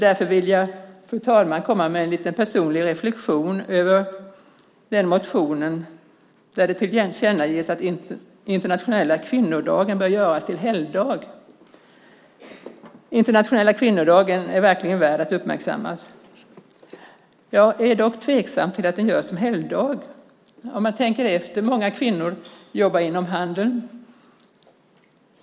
Därför vill jag, fru talman, komma med en liten personlig reflexion över den motion som tillkännager att internationella kvinnodagen bör göras till helgdag. Internationella kvinnodagen är verkligen värd att uppmärksammas. Jag är dock tveksam till att den görs till helgdag. Om man tänker efter är det många kvinnor som jobbar inom handeln.